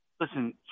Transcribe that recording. listen